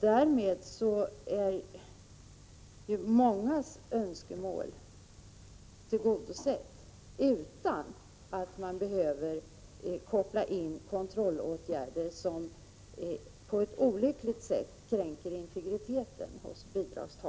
Därmed är mångas önskemål tillgodosett, utan att man behöver koppla in kontrollåtgärder som på ett olyckligt sätt kränker bidragstagares integritet.